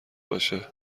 باشه